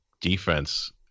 defense—